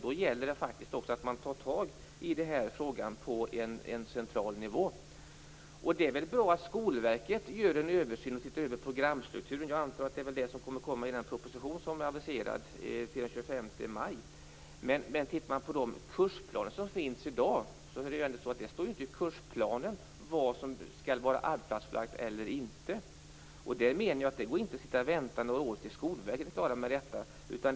Då gäller det faktiskt också att man tar tag i frågan på central nivå. Det är väl bra att Skolverket gör en översyn och tittar över programstrukturen. Jag antar att det kommer i den proposition som är aviserad till den 25 maj. Men det står ju inte i kursplanen vad som skall vara arbetplatsförlagt eller inte. Jag menar att det inte går att sitta och vänta några år tills Skolverket är klara med detta.